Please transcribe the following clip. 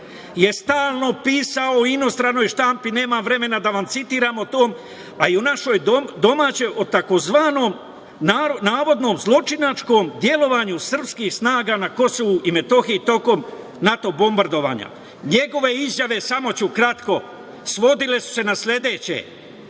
je stalno pisao inostranoj štampi, nemam vremena da vam citiram to, ali i u našoj domaćoj o tzv. navodnom zločinačkom delovanju srpskih snaga na Kosovu i Metohiji tokom NATO bombardovanja. Njegove izjave, samo ću kratko, svodile su se na sledeće